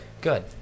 Good